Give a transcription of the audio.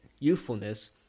youthfulness